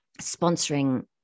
sponsoring